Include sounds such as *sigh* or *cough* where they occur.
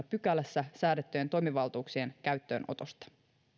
*unintelligible* pykälässä säädettyjen toimivaltuuksien käyttöönotosta